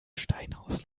steinhaus